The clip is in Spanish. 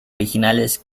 originales